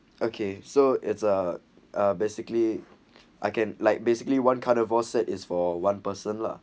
okay so it's uh uh basically I can like basically one carnivore set is for one person lah